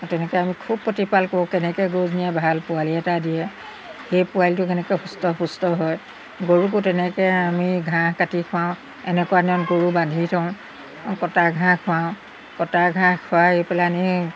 তেনেকৈ আমি খুব প্ৰতিপাল কৰোঁ কেনেকৈ গৰুজনীয়ে ভাল পোৱালি এটা দিয়ে সেই পোৱালিটো কেনেকৈ সুস্থ পুস্থ হয় গৰুকো তেনেকৈ আমি ঘাঁহ কাটি খুৱাওঁ এনেকুৱা দিনত গৰু বান্ধি থওঁ আৰু কটা ঘাঁহ খুৱাওঁ কটা ঘাঁহ খুৱাই পেলাহিনি